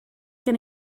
gen